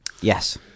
Yes